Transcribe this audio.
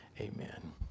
Amen